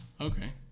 Okay